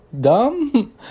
dumb